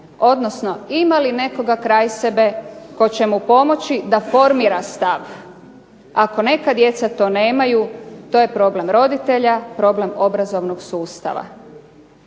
odnosno ima li nekoga kraj sebe tko će mu pomoći da formira stav. Ako djeca to nemaju to je problem roditelja, problem obrazovnog sustava.